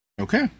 Okay